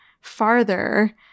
farther